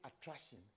attraction